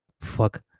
fuck